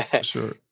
Sure